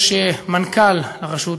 יש מנכ"ל לרשות,